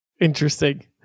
interesting